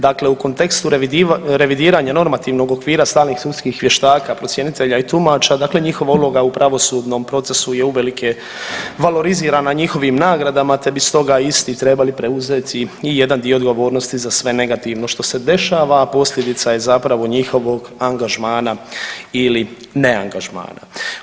Dakle, u kontekstu revidiranja normativnog okvira stalnih sudskih vještaka, procjenitelja i tumača, dakle njihova uloga u pravosudnom procesu je uvelike valorizirana njihovim nagradama te bi stoga isti trebali preuzeti i jedan dio odgovornosti za sve negativno što se dešava, a posljedica je zapravo njihovog angažmana ili ne angažmana.